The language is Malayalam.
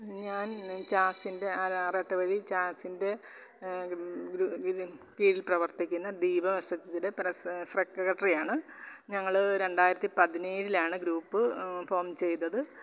ഞാൻ ജാസിൻ്റെ ആര ആറാട്ടുവഴി ജാസിൻ്റെ ഗ്രൂ കീഴിൽ പ്രവർത്തിക്കുന്ന ദീപം എസ് എച് എസിലെ പ്രസ് സെക്രട്ടറിയാണ് ഞങ്ങൾ രണ്ടായിരത്തി പതിനേഴിലാണ് ഗ്രൂപ്പ് ഫോം ചെയ്തത്